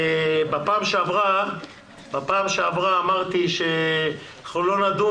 בפעם שעברה אמרתי שאנחנו לא נדון,